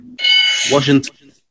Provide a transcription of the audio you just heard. Washington